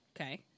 Okay